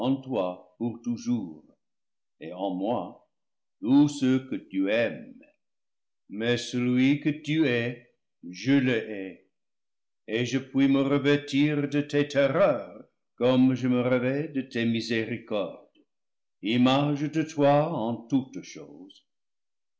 pour toujours et en moi tous ceux que tu aimes f mais celui que tu hais je le hais et je puis me revêtir de tes terreurs comme je me revêts de tes miséricordes image de toi en toutes choses